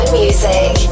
music